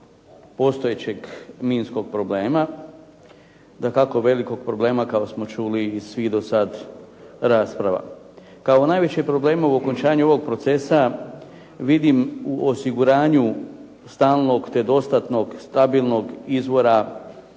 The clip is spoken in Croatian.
postojećeg minskog problema, dakako velikog problema kako smo čuli iz svih do sad rasprava. Kao najveći problem u okončanju ovog procesa vidim u osiguranju stalnog nedostatnog stabilnog izvora